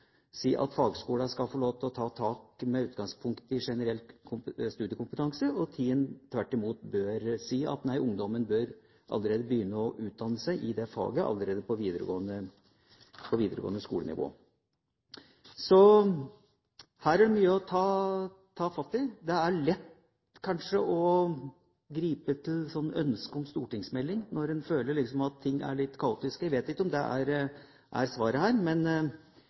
si at fagskolene skal få ta utgangspunkt i generell studiekompetanse, og i hvilke tilfeller en tvert imot bør si at ungdommen bør begynne å utdanne seg i det faget allerede på videregående skole-nivå. Så her er det mye å ta fatt i. Det er lett kanskje å gripe til et ønske om stortingsmelding når en føler at ting er litt kaotiske. Jeg vet ikke om det er svaret her,